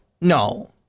No